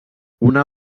una